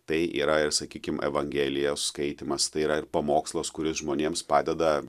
tai yra ir sakykim evangelijos skaitymas tai yra ir pamokslas kuris žmonėms padeda